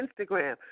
instagram